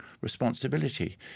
responsibility